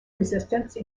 resistance